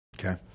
Okay